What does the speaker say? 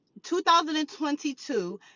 2022